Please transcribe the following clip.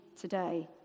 today